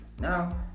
Now